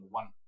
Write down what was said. one